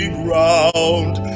ground